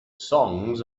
songs